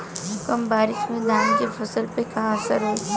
कम बारिश में धान के फसल पे का असर होई?